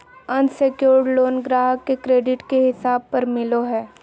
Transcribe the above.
unsecured loan ग्राहक के credit के हिसाब पर मिलो हय